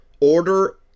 order